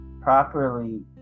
properly